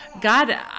God